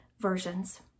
versions